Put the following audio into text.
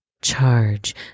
charge